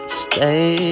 stay